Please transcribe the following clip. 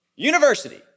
University